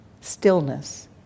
Stillness